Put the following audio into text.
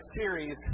series